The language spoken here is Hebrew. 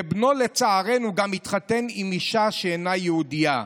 ובנו, לצערנו, גם התחתן עם אישה שאינה יהודייה,